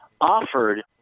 offered